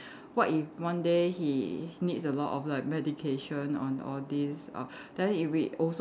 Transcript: what if one day he needs a lot of like medication on all these uh then if he also